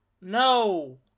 No